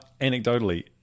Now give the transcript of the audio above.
anecdotally